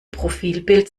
profilbild